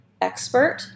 expert